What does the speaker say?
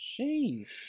Jeez